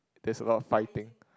there's a lot of fighting